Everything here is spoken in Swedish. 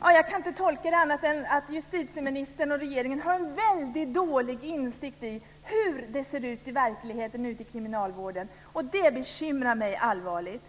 Jag kan inte tolka det på något annat sätt än att justitieministern och regeringen har en väldigt dålig insikt i hur det ser ut i verkligheten ute i kriminalvården. Det bekymrar mig allvarligt.